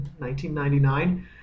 1999